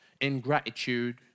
Ingratitude